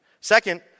Second